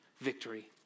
victory